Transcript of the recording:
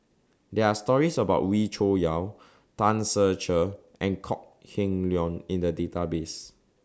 There Are stories about Wee Cho Yaw Tan Ser Cher and Kok Heng Leun in The Database